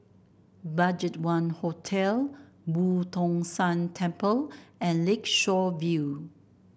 BudgetOne Hotel Boo Tong San Temple and Lakeshore View